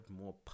more